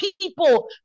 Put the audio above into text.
people